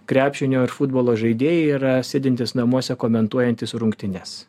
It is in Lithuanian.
krepšinio ir futbolo žaidėjai yra sėdintys namuose komentuojantys rungtynes